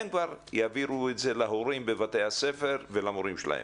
הם כבר יעבירו את זה להורים בבתי הספר ולמורים שלהם.